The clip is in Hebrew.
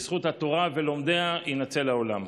בזכות התורה ולומדיה, יינצל העולם.